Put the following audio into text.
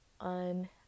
on